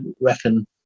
reckon